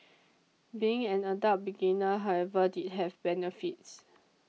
being an adult beginner however did have benefits